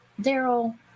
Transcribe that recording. Daryl